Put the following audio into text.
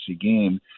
game